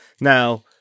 Now